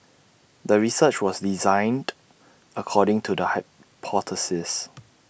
the research was designed according to the hypothesis